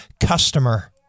customer